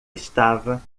estava